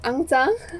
肮脏